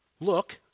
look